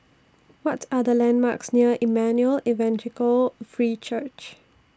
What Are The landmarks near Emmanuel Evangelical Free Church